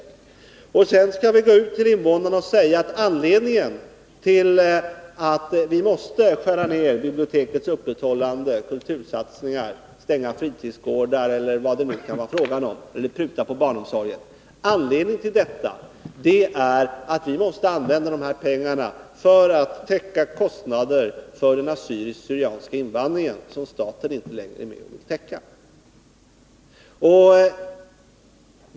Skall vi sedan gå ut till invånarna och säga att anledningen till att vi måste förkorta tiden för bibliotekets öppethållande, skära ned kultursatsningar, stänga fritidsgårdar, pruta på barnomsorgen, eller vad det kan vara fråga om, är att vi måste använda dessa pengar till att täcka kostnader för den assyriska/syrianska invandringen, som staten inte längre vill svara för?